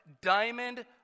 diamond